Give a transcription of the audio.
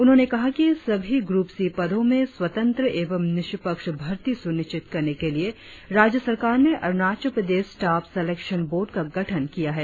उन्होंने कहा कि सभी ग्रप सी पदों में स्वतंत्र एव निष्पक्ष भर्ती सुनिश्चित करने के लिए राज्य सरकार ने Arunachal Pradesh staff selection board का गठन किया है